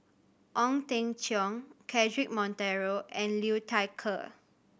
Ong Teng Cheong Cedric Monteiro and Liu Thai Ker